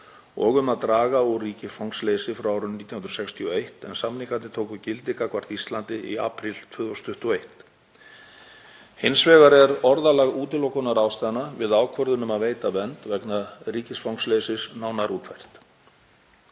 og um að draga úr ríkisfangsleysi frá árinu 1961, en samningarnir tóku gildi gagnvart Íslandi í apríl 2021. Hins vegar er orðalag útilokunarástæðna við ákvörðun um að veita vernd vegna ríkisfangsleysis nánar útfært.